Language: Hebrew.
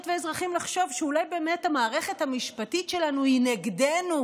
ואזרחים לחשוב שאולי באמת המערכת המשפטית שלנו היא נגדנו,